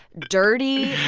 dirty,